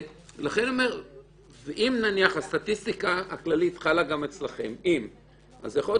אם הסטטיסטיקה כללית חלה גם אצלכם אז יכול להיות